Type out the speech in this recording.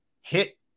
hit